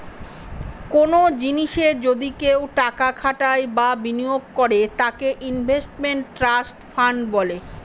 কোনো জিনিসে যদি কেউ টাকা খাটায় বা বিনিয়োগ করে তাকে ইনভেস্টমেন্ট ট্রাস্ট ফান্ড বলে